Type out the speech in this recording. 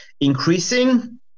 increasing